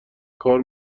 کار